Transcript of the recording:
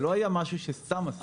זה לא היה משהו שסתם עשינו.